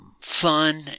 fun